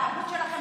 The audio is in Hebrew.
ואתה יודע מה,